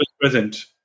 present